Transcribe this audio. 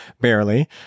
barely